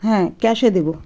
হ্যাঁ ক্যাশে দেব